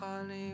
honey